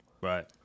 Right